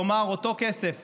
כלומר, אותו כסף